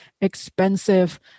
expensive